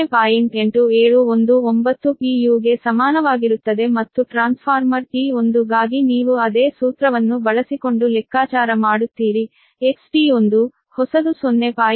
u ಗೆ ಸಮಾನವಾಗಿರುತ್ತದೆ ಮತ್ತು ಟ್ರಾನ್ಸ್ಫಾರ್ಮರ್ T1 ಗಾಗಿ ನೀವು ಅದೇ ಸೂತ್ರವನ್ನು ಬಳಸಿಕೊಂಡು ಲೆಕ್ಕಾಚಾರ ಮಾಡುತ್ತೀರಿ XT1 ಹೊಸದು 0